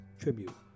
tribute